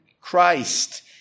Christ